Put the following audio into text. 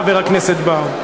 חבר הכנסת בר.